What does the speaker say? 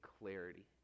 clarity